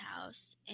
house